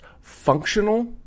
Functional